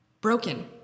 broken